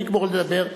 הוא יגמור לדבר,